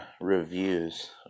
reviews